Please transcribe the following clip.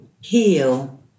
heal